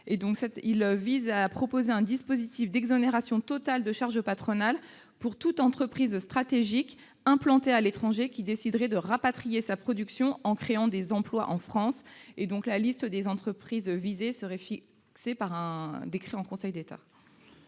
à travers un dispositif d'exonération totale de charges patronales pour toute entreprise stratégique implantée à l'étranger qui déciderait de rapatrier sa production en créant des emplois en France. La liste des entreprises visées serait fixée par un décret en Conseil d'État.